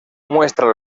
muestra